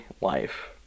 life